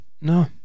No